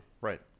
Right